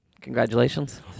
Congratulations